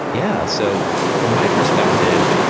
yeah. so from my perspective,